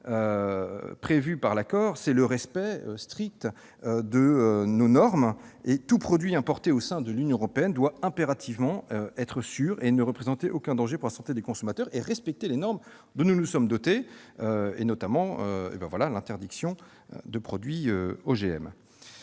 permet d'assurer le respect strict de nos normes. Tout produit importé au sein de l'Union européenne doit impérativement être sûr, ne présenter aucun danger pour la santé des consommateurs et respecter les normes dont nous nous sommes dotés, comme l'interdiction de produits OGM.